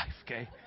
okay